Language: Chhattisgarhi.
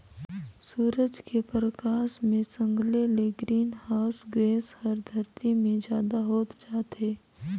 सूरज के परकास मे संघले ले ग्रीन हाऊस गेस हर धरती मे जादा होत जाथे